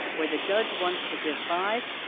where the judge wants to give five,